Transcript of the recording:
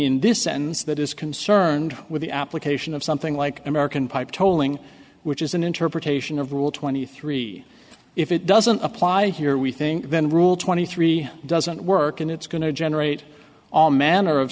in this sense that is concerned with the application of something like american pipe tolling which is an interpretation of rule twenty three if it doesn't apply here we think then rule twenty three doesn't work and it's going to generate all manner of